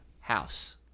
house